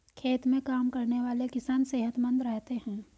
खेत में काम करने वाले किसान सेहतमंद रहते हैं